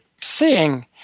seeing